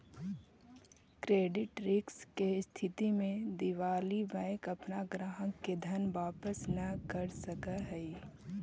credit risk के स्थिति में दिवालि बैंक अपना ग्राहक के धन वापस न कर सकऽ हई